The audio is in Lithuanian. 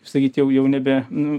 sakyt jau jau nebe nu